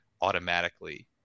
automatically